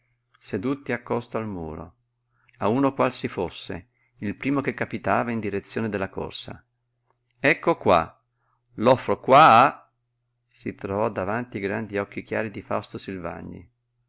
seduti accosto al muro a uno qual si fosse il primo che capitava in direzione della corsa ecco qua l'offro qua a si trovò davanti i grandi occhi chiari di fausto silvagni